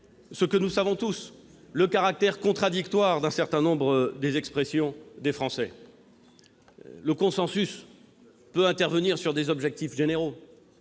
ce que nous savons tous, à savoir le caractère contradictoire d'un certain nombre d'expressions des Français. Le consensus peut intervenir sur des objectifs généraux,